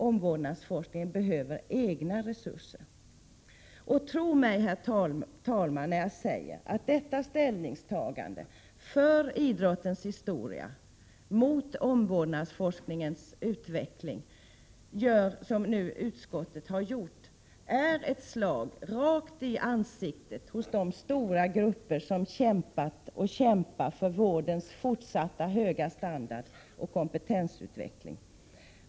Omvårdnadsforskningen behöver egna resurser. Herr talman! Tro mig när jag säger att detta ställningstagande för idrottens historia mot omvårdnadsforskningens utveckling, som utskottet nu har gjort, är ett slag rakt i ansiktet på de stora grupper som kämpat och kämpar för vårdens fortsatta höga standard och kompetensutveckling.